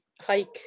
hike